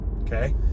okay